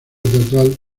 teatral